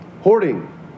hoarding